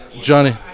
Johnny